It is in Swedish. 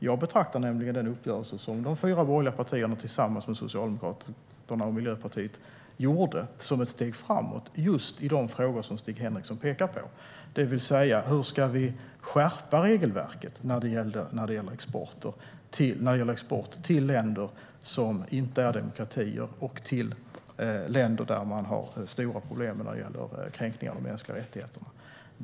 Jag betraktar nämligen den uppgörelse som de fyra borgerliga partierna tillsammans med Socialdemokraterna och Miljöpartiet gjorde som ett steg framåt i just den fråga som Stig Henriksson pekar på: Hur ska vi skärpa regelverket för export till länder som inte är demokratier och till länder som har stora problem med kränkningar av mänskliga rättigheter?